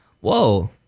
whoa